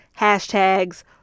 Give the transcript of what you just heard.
hashtags